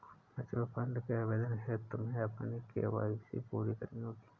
mutual fund के आवेदन हेतु तुम्हें अपनी के.वाई.सी पूरी करनी होगी